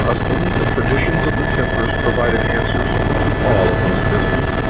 customs and traditions of the templars provided answers to all of those mysteries.